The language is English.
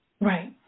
Right